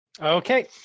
Okay